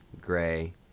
Gray